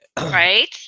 right